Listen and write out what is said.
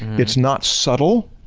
it's not subtle.